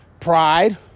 pride